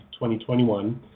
2021